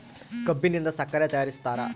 ಕಬ್ಬಿನಿಂದ ಸಕ್ಕರೆ ತಯಾರಿಸ್ತಾರ